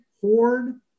Horn